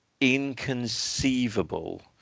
inconceivable